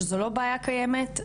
שזו לא בעיה קיימת?